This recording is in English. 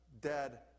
dead